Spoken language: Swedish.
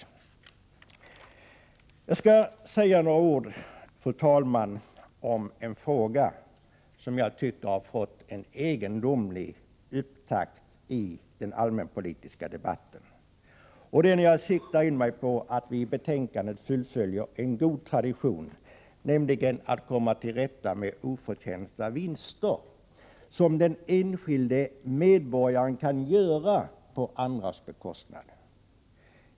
Fru talman! Jag skall säga några ord om en fråga som jag tycker har fått en egendomlig upptakt i den allmänpolitiska debatten. Vi föreslår i betänkandet att man skall fullfölja en god tradition, nämligen att man skall försöka komma till rätta med oförtjänta vinster som den enskilde medborgaren kan göra på andras bekostnad.